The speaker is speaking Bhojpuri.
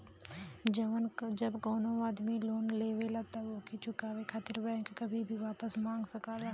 जब कउनो आदमी लोन लेवला तब ओके चुकाये खातिर बैंक कभी भी वापस मांग सकला